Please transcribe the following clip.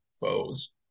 foes